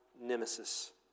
nemesis